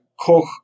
Koch